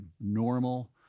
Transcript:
normal